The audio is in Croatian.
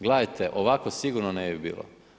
Gledajte, ovako sigurno ne bi bilo.